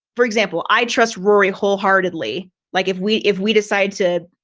for example, i trust rory wholeheartedly, like if we if we decide to,